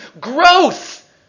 Growth